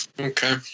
Okay